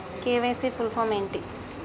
KYC full form ఏంటి?